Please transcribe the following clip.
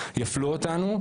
יפלו אותנו,